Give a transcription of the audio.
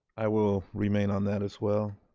i will remain on that as well.